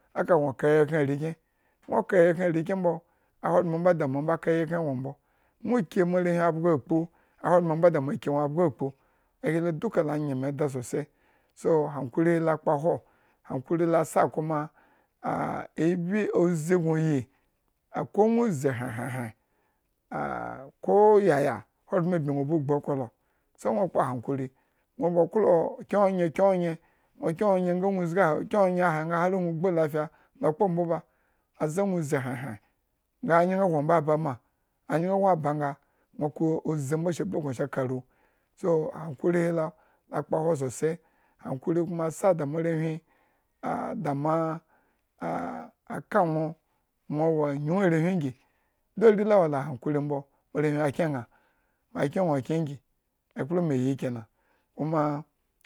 Gno kayikhren arenkyen gno kayikhren arenkyen mbo, ahogbren mbo da mo akayikhren nwo mbo, no ki moarenwhi abgo akpu, a hilo duka la nye meeda sosai, so hankuri la kpaho, hankuri lo asa kuma, a-ebin uʒin nwo iyi, a ko gno uʒin hren-hren-hren a ko yaya ahogbren abmi gno ba gbu okolo, sai nwo kpo hankuri nwo bakolo kyen onye-kyenonye nwo kyen-onye ahe kyen onye nga no ba ogbu lafiya, lakpo bo ba a ʒe gno ʒi hen-hen nga anyang nwo nga aba ma, anyang nwo aba nga, nwo ka uʒin ba sa blukun karu. so hankutri hilo la kpaho sosai, hankuri kuma asa da moarenwhi a da ma a ka nwo nwo wo anyung arenwhin gi duk ari lawo la hankuri mbo moarenwhin akyen ña mo akyen ña kyen igi, akplo me yi kina,